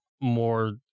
more